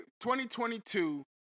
2022